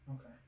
Okay